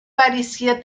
parecia